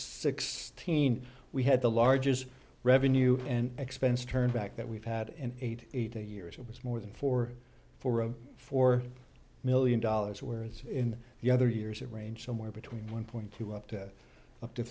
sixteen we had the largest revenue and expense turned back that we've had in eight eight years it was more than four four zero four million dollars whereas in the other years a range somewhere between one point two up to up to